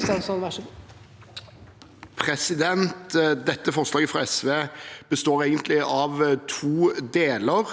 sa- ken): Dette forslaget fra SV består egentlig av to deler,